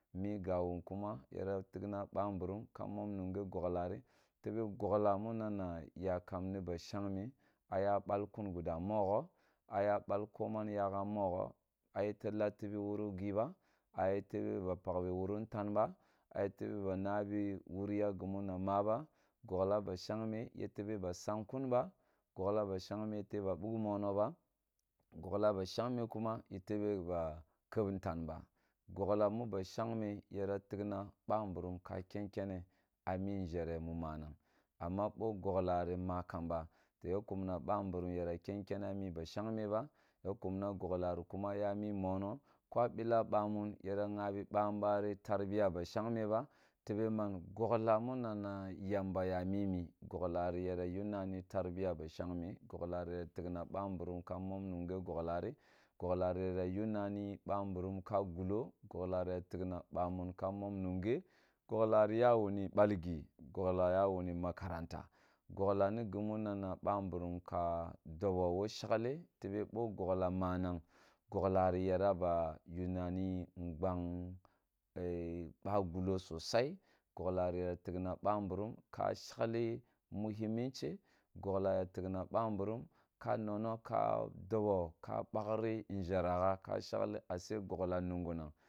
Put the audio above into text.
Migya wun kuma yara tina bamburum ka mom nunge goglaru tebe gogla munana ya kam ni ba shagme a ya bal kun guda mogho a ya bal ki man ya gha mogho a yete lati bi wuru gi ba a yete ba paki bo wuru ntan ba a yete ba ba nabi wuri ya gimu na maba gogla ba shagme yete sebasang tun ba gogla ba shabgme yetebe ba bugh mono ba gogla ba shan me kuma yetebe ba keb ntan ba gogla mu ba shangme yara tigna bamburum ka ken kena a nzhare mu manang amma bo gogla ri ma kaba to ya kumna bamburum yara ken kene mi ba shangme ba tua kumma na gogla ti kuma yami mono, ko a bila bamun yara ghabi bambari tarbiya ba shabnmeba tebe man gogla munana yamba ya mine gogla ri yara yinna ni tarbiya ba shangme goglari ya tig na bamburum ka mom munge goglarigiglari yara yunan nibamburun ko gullo gogla ri yona tigna bamin ka mon munge gogla ri ya bamin l mon munge gogla ri ya wyri bal gi gogla ya wuni makaranta. Gogla ni gimuna na ba mburum ka dobo wo shangle tebe bo gogla manag, gogla ri yara ba yama ni ng bang ba gullo sosai gogla ri yara tigna ba mburum ka shegli muhimmance, gogla ya tigna bamburum ka nongna ka dobo ka bakhri nzhere ghaka shagle a she gogla nungunang